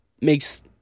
makes